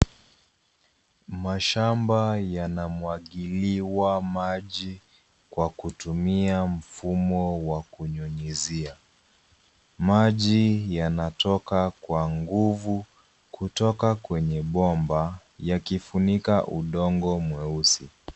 Mashamba yanamwangiliwa maji kwa kutumia mfumo wa kunyunyizia. Maji yanatoka kwa nguvu kutoka kwenye bomba yakifunika udongo mweusi.